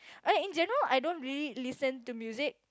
I in general I don't really listen to music